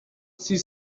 sie